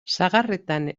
sagarretan